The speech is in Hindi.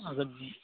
अगर